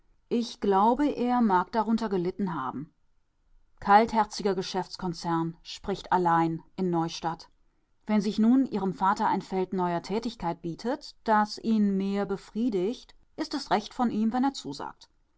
ich glaube er mag darunter gelitten haben kaltherziger geschäftskonzern spricht allein in neustadt wenn sich nun ihrem vater ein feld neuer tätigkeit bietet das ihn mehr befriedigt ist es recht von ihm wenn er zusagt